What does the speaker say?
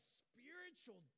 spiritual